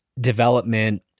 development